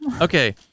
Okay